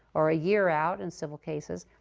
or a year out in civil cases.